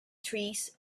trees